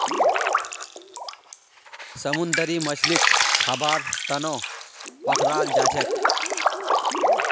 समुंदरी मछलीक खाबार तनौ पकड़ाल जाछेक